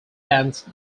dance